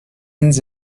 ends